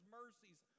mercies